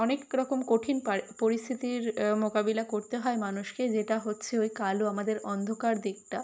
অনেকরকম কঠিন পার পরিস্থিতির মোকাবিলা করতে হয় মানুষকে যেটা হচ্ছে ওই কালো আমাদের অন্ধকার দিকটা